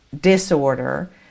disorder